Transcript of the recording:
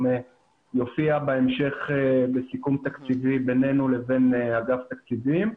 יופיע בהמשך בסיכום תקציבי בינינו לבין אגף התקציבים.